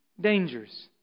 dangers